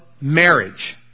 marriage